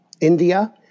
India